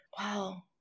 wow